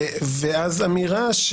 ואז אמירה,